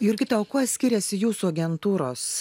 jurgita o kuo skiriasi jūsų agentūros